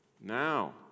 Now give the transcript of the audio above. now